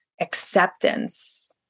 acceptance